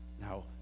Now